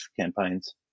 campaigns